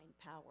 power